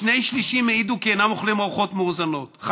שני-שלישים העידו כי אינם אוכלים ארוחות מאוזנות,